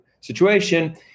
situation